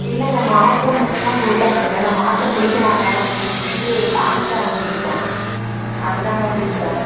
இல்லை மேம் மாத்திரை மட்டுந்தான் கொடுத்தாங்க நான் மாத்திரை குடிக்க மாட்டேன் அப்படின்னு சொல்லிட்டு டானிக்கா வாங்கிக்கிட்டேன் அது தாங்க குடித்தேன்